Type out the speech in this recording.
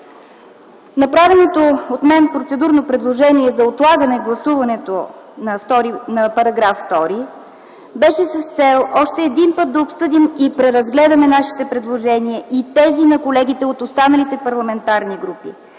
Направеното от мен процедурно предложение за отлагане гласуването на § 2 беше с цел още един път да обсъдим и преразгледаме нашите предложения и тези на колегите от останалите парламентарни групи